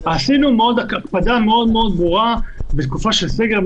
עשינו הקפדה מאוד-מאוד ברורה בתקופה של סגר,